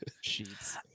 sheets